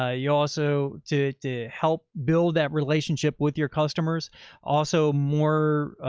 ah you also to to help. build that relationship with your customers also more,